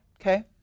okay